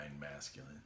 masculine